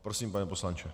Prosím, pane poslanče.